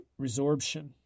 resorption